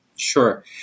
Sure